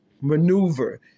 maneuver